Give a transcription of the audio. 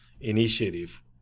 initiative